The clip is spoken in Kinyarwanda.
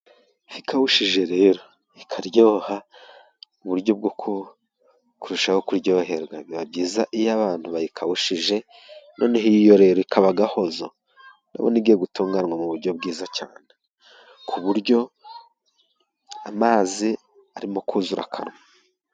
Ifi ikawushije rero ikaryoha! Uburyo bwo kurushaho kuryoherwa, biba byiza iyo abantu bayikawushije, noneho iyi yo rero ikaba gahozo! Ndabona igiye gutunganywa mu buryo bwiza cyane ku buryo amazi arimo kuzura akanwa!